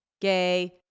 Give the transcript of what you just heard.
gay